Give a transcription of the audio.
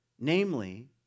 namely